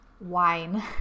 Wine